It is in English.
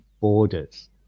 borders